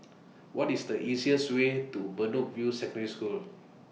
What IS The easiest Way to Bedok View Secondary School